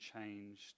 changed